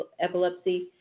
epilepsy